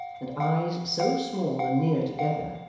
and eyes so small and near together,